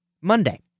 Monday